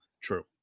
True